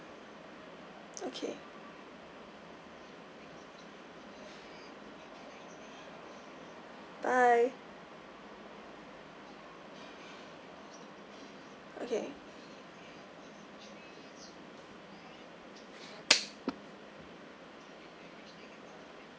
okay bye okay